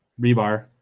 Rebar